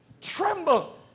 tremble